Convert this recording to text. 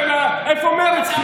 איפה מרצ?